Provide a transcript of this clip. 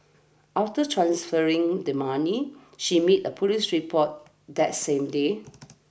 after transferring the money she made a police report that same day